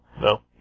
No